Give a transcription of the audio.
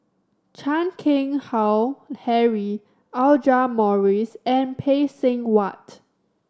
Chan Keng Howe Harry Audra Morrice and Phay Seng Whatt